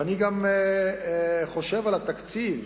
ואני חושב גם על התקציב.